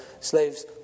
slaves